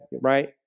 right